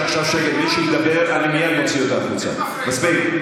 יש לכם הרבה זכויות אצלנו, ואיפה החובות?